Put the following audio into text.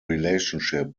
relationship